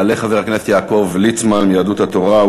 יעלה חבר הכנסת יעקב ליצמן מיהדות התורה,